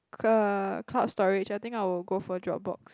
c~ cloud storage I think I would go for dropbox